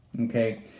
Okay